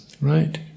right